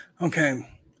Okay